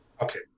Okay